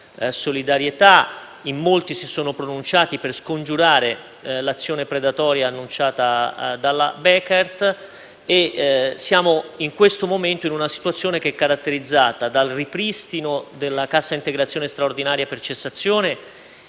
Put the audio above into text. solidarietà e in molti si sono pronunciati per scongiurare l'azione predatoria annunciata dalla Bekaert. In questo momento siamo in una situazione caratterizzata dal ripristino della cassa integrazione straordinaria per cessazione,